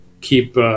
keep